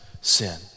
sin